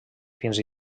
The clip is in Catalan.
fins